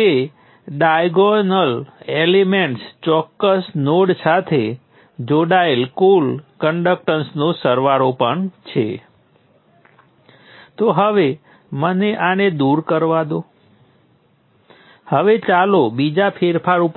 તેથી રેઝિસ્ટરની આજુ બાજુનો વોલ્ટેજ એ V1 ઓછા V2 છે તે મને કહેવા માટે પૂરતું છે કે ઓહ્મ નાં નિયમ દ્વારા કરંટ શું છે કે કરંટ V1 માંથી V2 બાદ કરી R દ્વારા વિભાજિત થશે જ્યાં